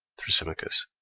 thrasymachos.